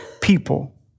people